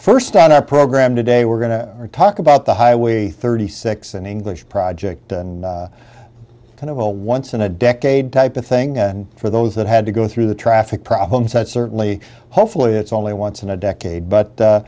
first on our program today we're going to talk about the highway thirty six an english project and kind of a once in a decade type of thing and for those that had to go through the traffic problems that certainly hopefully it's only once in a decade but